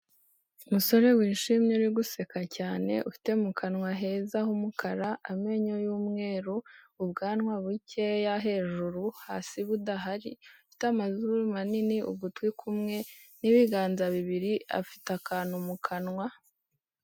Umusore wishimye uri guseka cyane ufite mu kanwa heza h'umukara, amenyo y'umweru, ubwanwa bukeya hejuru, hasi budahari, ufite amazuru manini, ugutwi kumwe n'ibiganza bibiri, afite akantu mu kanwa.